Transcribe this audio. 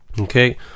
Okay